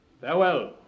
Farewell